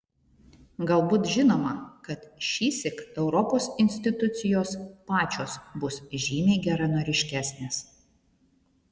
galbūt žinoma kad šįsyk europos institucijos pačios bus žymiai geranoriškesnės